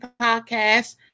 podcast